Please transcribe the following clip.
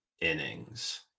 innings